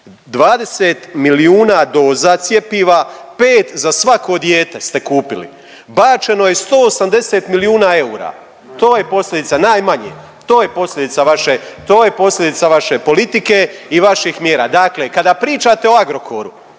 20 milijuna doza cjepiva, 5 za svako dijete ste kupili, bačeno je 180 milijuna eura, to je posljedica najmanje, to je posljedica vaše, to je posljedica vaše politike i vaših mjera. Dakle kada pričate o Agrokoru,